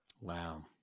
Wow